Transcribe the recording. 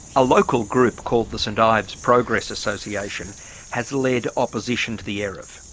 a local group called the st ives progress association has led opposition to the eruv.